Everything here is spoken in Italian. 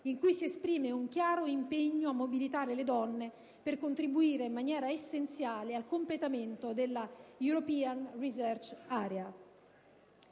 in cui si esprime un chiaro impegno a mobilitare le donne per contribuire in maniera essenziale al completamento della *European Research Area*.